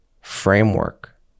framework